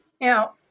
Now